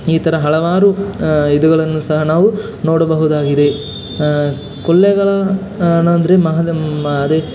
ಈ ಥರ ಹಲವಾರು ಇವುಗಳನ್ನು ಸಹ ನಾವು ನೋಡಬಹುದಾಗಿದೆ ಕೊಳ್ಳೆಗಾಲ ಏನಂದರೆ ಮಹದೇ ಅದೇ